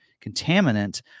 contaminant